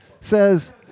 says